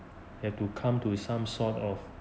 um you have to come to some sort of